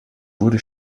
wurde